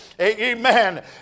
Amen